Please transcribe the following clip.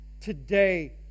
today